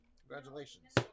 Congratulations